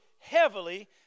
heavily